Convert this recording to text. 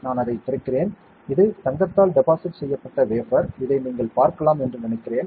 நான் அதைத் திறக்கிறேன் இது தங்கத்தால் டெபாசிட் செய்யப்பட்ட வேஃபர் இதை நீங்கள் பார்க்கலாம் என்று நினைக்கிறேன்